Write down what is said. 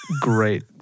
great